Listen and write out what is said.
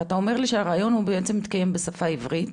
אבל אתה אומר לי שהריאיון מתקיים בשפה העברית,